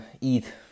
eat